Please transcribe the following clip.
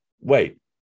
wait